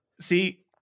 See